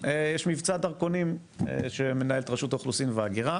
יש מבצע דרכונים שמנהלת רשות האוכלוסין וההגירה.